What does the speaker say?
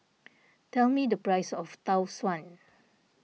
tell me the price of Tau Suan